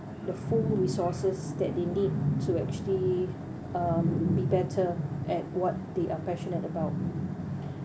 the full resources that they need to actually um be better at what they are passionate about